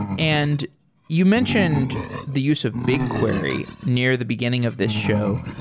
and you mentioned the use of bigquery near the beginning of this show,